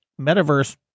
MetaVerse